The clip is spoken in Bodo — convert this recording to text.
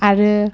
आरो